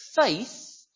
Faith